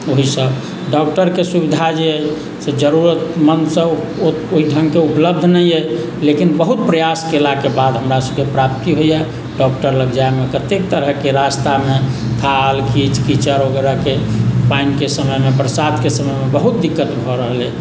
ओहिसँ डॉक्टरके सुविधा जे अइ से जरुरतमन्दसभ ओ ओहि ठामके उपलब्ध नहि अइ लेकिन बहुत प्रयास कयलाके बाद हमरासभके प्राप्ति होइए डॉक्टर लग जाइमे कत्तेक तरहके रास्तामे थाल कीच कीचड़ वगैरहके पानिके समयमे बरसातके समयमे बहुत दिक्कत भऽ रहल अइ